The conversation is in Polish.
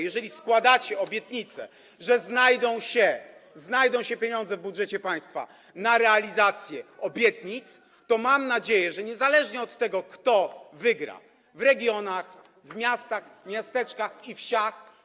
Jeżeli składacie obietnice, że znajdą się pieniądze w budżecie państwa na realizację obietnic, to mam nadzieję, że niezależnie od tego, kto wygra w regionach, w miastach, w miasteczkach i na wsiach.